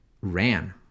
ran